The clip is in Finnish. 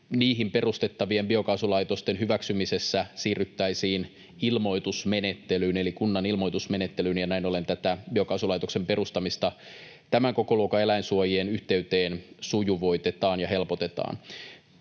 Niihin perustettavien biokaasulaitosten hyväksymisessä siirryttäisiin kunnan ilmoitusmenettelyyn, ja näin ollen tätä biokaasulaitoksen perustamista tämän kokoluokan eläinsuojien yhteyteen sujuvoitetaan ja helpotetaan.